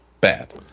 bad